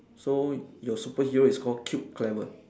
so your superhero is called cute clever